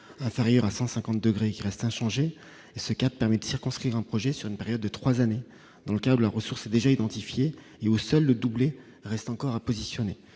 inférieure à 150 degrés qui reste inchangé et ce qui a permis de circonscrire un projet sur une période de 3 années dans le câble, leurs ressources déjà identifiés et au seul le doublé, reste encore à positionner